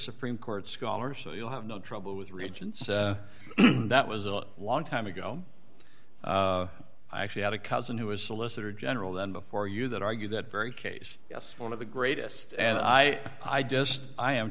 supreme court scholar so you have no trouble with religion so that was a long time ago i actually had a cousin who was solicitor general then before you that argue that very case yes one of the greatest and i i just i am